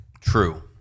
True